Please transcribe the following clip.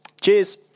Cheers